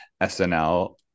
SNL